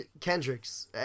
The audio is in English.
Kendricks